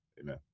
Amen